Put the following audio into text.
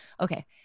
okay